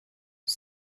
his